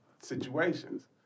situations